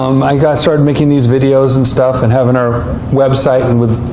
um i started making these videos and stuff, and having our website and with